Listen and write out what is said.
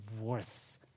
worth